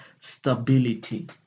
stability